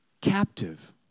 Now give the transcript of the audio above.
captive